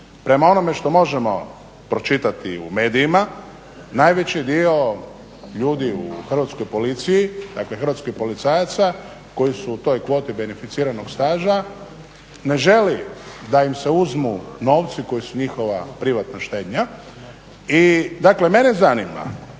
Prema onome što možemo pročitati i u medijima najveći dio ljudi u Hrvatskoj policiji, dakle hrvatskih policajaca koji su u toj kvoti beneficiranog staža ne želi da im se uzmu novci koji su njihova privatna štednja. I dakle mene zanima